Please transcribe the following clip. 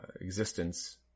existence